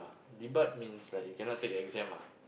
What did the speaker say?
debarred means like you cannot take your exam lah